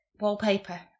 Wallpaper